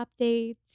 updates